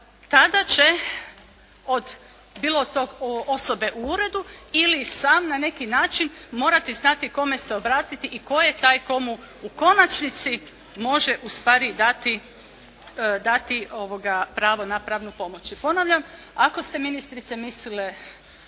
tada će od, bilo od tog osobe u uredu ili sam na neki način morati znati kome se obratiti i tko je taj komu u konačnici može ustvari dati pravo na pravnu pomoć. I ponavljam, ako ste ministrice mislili